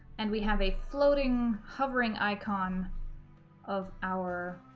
and we have a floating, hovering icon of our